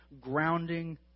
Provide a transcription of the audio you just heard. grounding